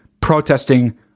protesting